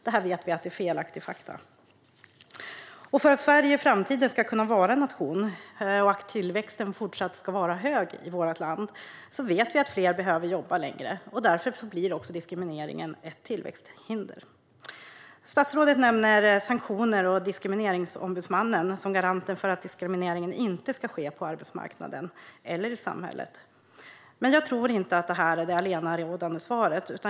Det vet vi är felaktigt. För att Sverige i framtiden ska kunna vara en nation där tillväxten fortsatt är hög behöver fler jobba längre. Därför blir diskrimineringen också ett tillväxthinder. Statsrådet nämner sanktioner och Diskrimineringsombudsmannen, som garanten för att diskriminering inte ska ske på arbetsmarknaden eller i samhället. Men jag tror inte att detta är det allenarådande svaret.